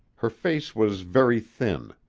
her face was very thin,